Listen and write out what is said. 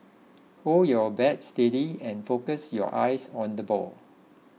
hold your bat steady and focus your eyes on the ball